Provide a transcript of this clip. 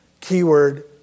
keyword